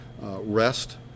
rest